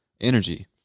energy